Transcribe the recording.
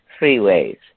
freeways